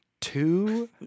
two